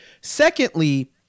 Secondly